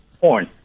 Porn